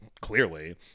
clearly